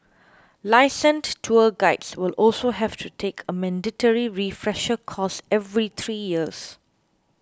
licensed tour guides will also have to take a mandatory refresher course every three years